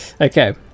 okay